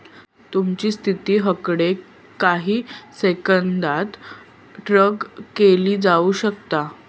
तुमची स्थिती हकडे काही सेकंदात ट्रॅक केली जाऊ शकता